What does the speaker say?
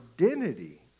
identity